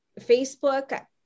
Facebook